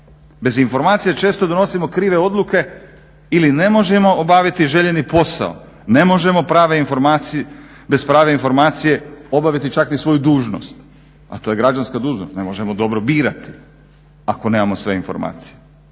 Bez informacije često donosimo krive odluke ili ne možemo obaviti željeni posao, ne možemo bez prave informacije obaviti čak ni svoju dužnost, a to je građanska dužnost, ne možemo dobro birati ako nemamo sve informacije.